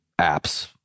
apps